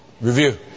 Review